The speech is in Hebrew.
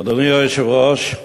אדוני היושב-ראש,